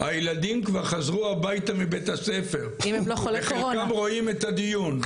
הילדים כבר חזרו הביתה מבית הספר וחלקם רואים את הדיון,